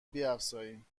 بیفزاییم